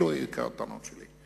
אלה היו עיקר הטענות שלי.